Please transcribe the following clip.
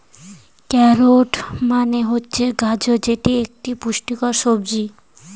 carrot মানে হচ্ছে গাজর যেটি একটি পুষ্টিকর সবজি